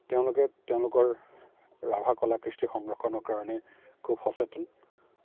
তেওঁলোকে তেওঁলোকৰ ৰাভা কলা কৃষ্টি সংৰক্ষণৰ কাৰণে খুব সচেতন